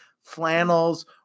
flannels